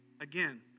Again